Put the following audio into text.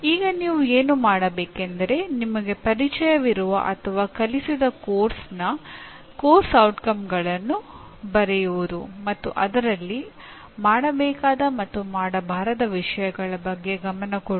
ಈಗ ನೀವು ಏನು ಮಾಡಬೇಕೆಂದರೆ ನಿಮಗೆ ಪರಿಚಯವಿರುವ ಅಥವಾ ಕಲಿಸಿದ ಪಠ್ಯಕ್ರಮದ ಪಠ್ಯಕ್ರಮದ ಪರಿಣಾಮಗಳನ್ನು ಬರೆಯುವುದು ಮತ್ತು ಅದರಲ್ಲಿ ಮಾಡಬೇಕಾದ ಮತ್ತು ಮಾಡಬಾರದ ವಿಷಯಗಳ ಬಗ್ಗೆ ಗಮನ ಕೊಡುವುದು